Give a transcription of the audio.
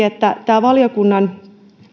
että tämä valiokunnan